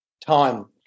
time